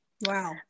Wow